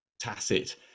tacit